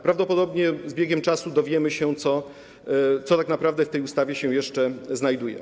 Prawdopodobnie z biegiem czasu dowiemy się, co tak naprawdę w tej ustawie się jeszcze znajduje.